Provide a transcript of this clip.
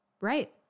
Right